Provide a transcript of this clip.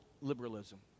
liberalism